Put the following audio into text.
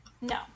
No